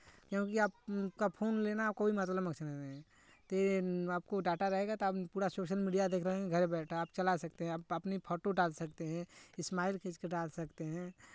क्योंकि आपका फोन लेना कोई मतलब मकसद नहीं तो ये आपको डाटा रहेगा तो आप पूरा सोशल मीडिया देख रहें घर बैठे आप चला सकते हैं आप अपनी फोटो डाल सकते हैं स्माइल खींच के डाल सकते हैं